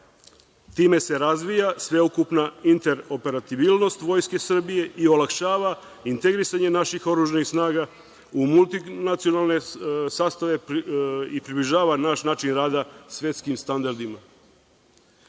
Time se razvija sveukupna interoperabilnost Vojske Srbije i olakšava integrisanje naših oružanih snaga u multinacionalne sastave i približava naš način rada svetskim standardima. Usvajanjem